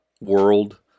world